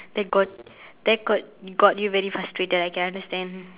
that got that got got you very frustrated I can understand